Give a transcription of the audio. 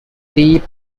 deep